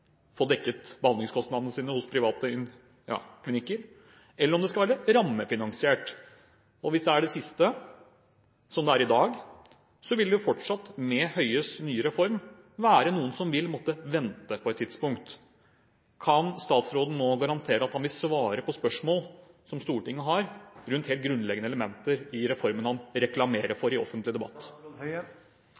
få dekket behandlingskostnadene sine hos private klinikker, eller om det skal være rammefinansiert. Hvis det er det siste, som det er i dag, vil det fortsatt med Høies nye reform være noen som vil måtte vente på et tidspunkt. Kan statsråden nå garantere at han vil svare på spørsmål som Stortinget har rundt helt grunnleggende elementer i reformen han reklamerer for i den offentlige debatt?